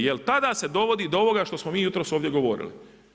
Jer tada se dovodi do ovoga što smo mi jutros ovdje govorili.